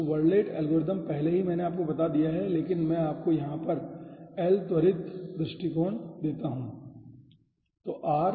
तो Verlet algorithm पहले ही मैंने आपको बता दिया है लेकिन मैं आपको यहां पर 1 त्वरित दृष्टिकोण देता हूं